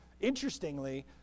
Interestingly